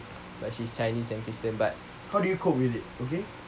but she's chinese and christian but